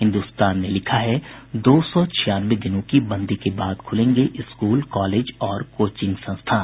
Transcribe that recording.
हिन्दुस्तान ने लिखा है दो सौ छियानवे दिनों की बंदी के बाद खुलेंगे स्कूल कॉलेज और कोचिंग संस्थान